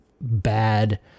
bad